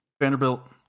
Vanderbilt